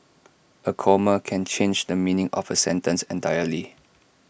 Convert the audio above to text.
A comma can change the meaning of A sentence entirely